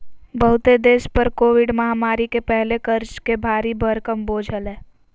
बहुते देश पर कोविड महामारी के पहले कर्ज के भारी भरकम बोझ हलय